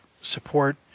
support